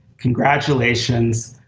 congratulations,